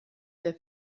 der